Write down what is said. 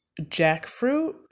jackfruit